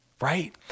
Right